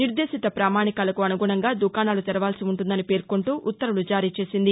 నిర్దేశిత ప్రామాణికాలకు అనుగుణంగా దుకాణాలు తెరవాల్సి ఉంటుందని పేర్కొంటూ ఉత్తర్వులు జారీచేసింది